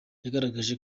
yagaragaje